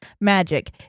Magic